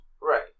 Right